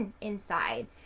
Inside